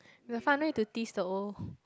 is a fun way to tease the old